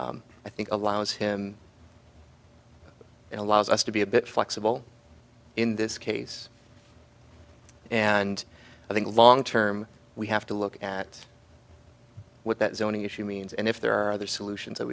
i think allows him and allows us to be a bit flexible in this case and i think long term we have to look at what that zoning issue means and if there are other solutions that